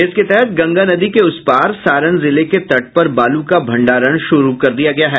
इसके तहत गंगा नदी के उस पार सारण जिले के तट पर बालू का भंडारण शुरू कर दिया गया है